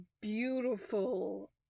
beautiful